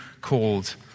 called